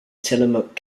tillamook